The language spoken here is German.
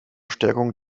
stärkung